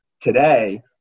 Today